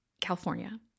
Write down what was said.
California